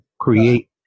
create